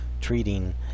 treating